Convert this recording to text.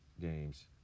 games